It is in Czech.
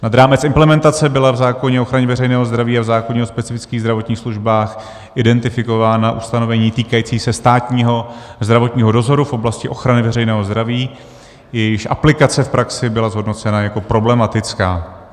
Nad rámec implementace byla v zákoně o ochraně veřejného zdraví a v zákoně o specifických zdravotních službách identifikována ustanovení týkající se státního zdravotního dozoru v oblasti ochrany veřejného zdraví, jejichž aplikace v praxi byla zhodnocena jako problematická.